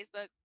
Facebook